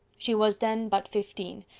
she was then but fifteen,